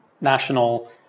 national